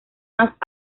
más